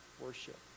worship